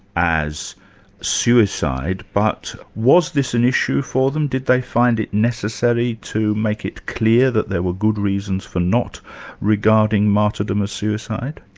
as suicide, but was this an issue for them? did they find it necessary to make it clear that there were good reasons for not regarding martyrdom as suicide?